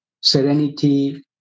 serenity